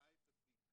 ראה את התיק.